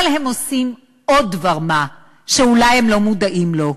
אבל הם עושים עוד דבר-מה, שאולי הם לא מודעים לו: